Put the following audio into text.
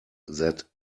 that